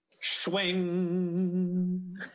swing